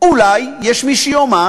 אולי יש מי שיאמר